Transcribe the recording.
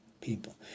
people